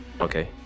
okay